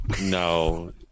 no